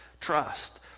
Trust